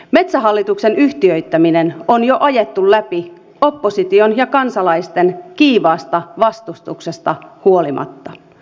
metsähallituksen yhtiöittäminen on jo ajettu läpi opposition ja kansalaisten kiivaasta vastustuksesta huolimatta